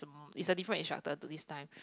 is a different instructor to this time